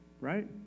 right